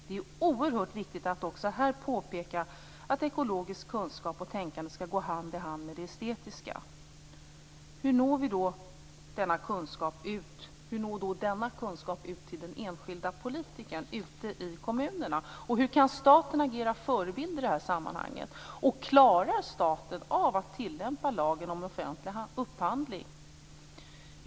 Det är oerhört viktigt att också här påpeka att ekologisk kunskap och ekologiskt tänkande skall gå hand i hand med det estetiska. Hur når då denna kunskap ut till den enskilda politikern ute i kommunerna? Hur kan staten agera förebild i det här sammanhanget? Klarar staten av att tillämpa lagen om offentlig upphandling?